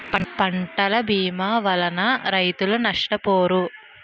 పంటల భీమా వలన రైతులు నష్టపోరు